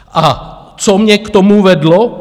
A co mě k tomu vedlo?